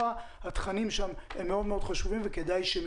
והתכנים שם הם מאוד חשובים וכדאי שהם